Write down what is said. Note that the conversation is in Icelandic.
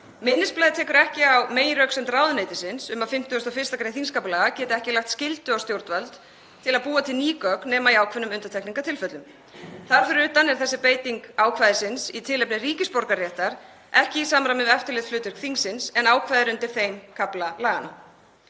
Minnisblaðið tekur ekki á meginröksemd ráðuneytisins um að 51. gr. þingskapalaga geti ekki lagt skyldu á stjórnvöld til að búa til ný gögn nema í ákveðnum undantekningartilfellum. Þar fyrir utan er þessi beiting ákvæðisins í tilefni ríkisborgararéttar ekki í samræmi við eftirlitshlutverk þingsins en ákvæðið er undir þeim kafla laganna.